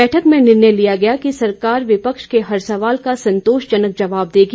बैठक में निर्णय लिया गया कि सरकार विपक्ष के हर सवाल का संतोषकजनक जवाब देगी